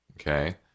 Okay